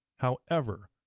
however,